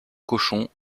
cochon